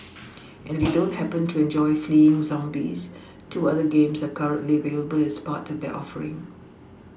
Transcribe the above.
and we don't happen to enjoy fleeing zombies two other games are currently available as part of their offering